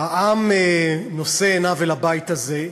העם נושא עיניו אל הבית הזה,